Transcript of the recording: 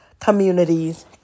communities